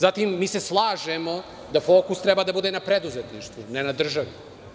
Zatim, mi se slažemo da fokus treba da bude na preduzetništvu, ne na državi.